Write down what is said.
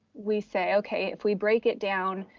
we say, okay, if we break it down